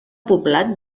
poblat